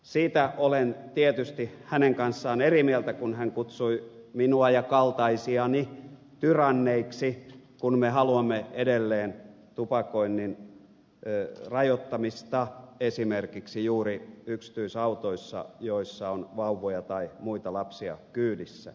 siitä olen tietysti hänen kanssaan eri mieltä kun hän kutsui minua ja kaltaisiani tyranneiksi kun me haluamme edelleen tupakoinnin rajoittamista esimerkiksi juuri yksityisautoissa joissa on vauvoja tai muita lapsia kyydissä